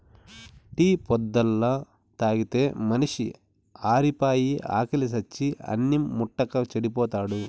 tea పొద్దల్లా తాగితే మనిషి ఆరిపాయి, ఆకిలి సచ్చి అన్నిం ముట్టక చెడిపోతాడు